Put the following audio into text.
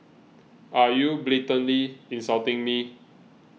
are you blatantly insulting me